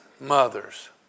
Mothers